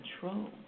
control